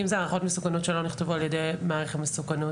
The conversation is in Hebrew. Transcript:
אם זה הערכות מסוכנות שלא נכתבו על ידי מעריך המסוכנות,